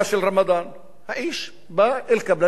האיש בא אל קבלני הקולות שלו, יכול להיות.